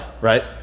right